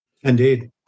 Indeed